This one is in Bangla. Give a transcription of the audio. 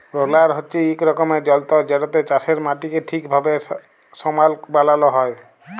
রোলার হছে ইক রকমের যল্তর যেটতে চাষের মাটিকে ঠিকভাবে সমাল বালাল হ্যয়